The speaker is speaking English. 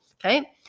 Okay